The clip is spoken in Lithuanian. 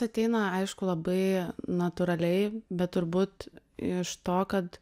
ateina aišku labai natūraliai bet turbūt iš to kad